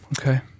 Okay